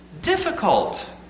Difficult